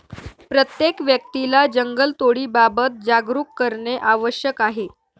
प्रत्येक व्यक्तीला जंगलतोडीबाबत जागरूक करणे आवश्यक आहे